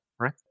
right